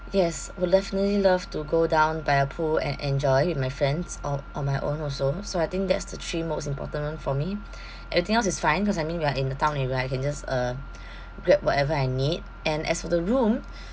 yes would definitely love to go down by a pool and enjoy with my friends or on my own also so I think that's the three most important for me everything else is fine cause I mean we are in the town area I can just uh grab whatever I need and as for the room